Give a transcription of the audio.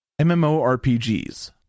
MMORPGs